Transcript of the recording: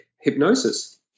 hypnosis